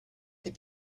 they